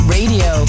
Radio